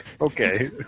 okay